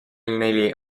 neli